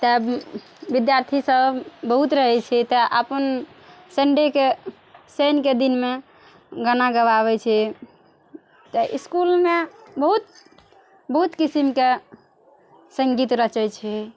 तब विद्यार्थी सब बहुत रहय छै तऽ अपन सण्डेके शनिके दिनमे गाना गबाबय छै तऽ इसकुलमे बहुत बहुत किसिमके सङ्गीत रचय छै